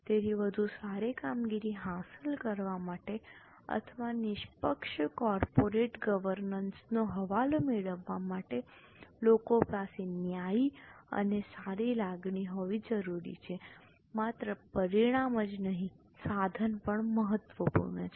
તેથી વધુ સારી કામગીરી હાંસલ કરવા માટે અથવા નિષ્પક્ષ કોર્પોરેટ ગવર્નન્સનો હવાલો મેળવવા માટે લોકો પાસે ન્યાયી અને સારી લાગણી હોવી જરૂરી છે માત્ર પરિણામ જ નહીં સાધન પણ મહત્વપૂર્ણ છે